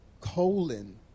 Colon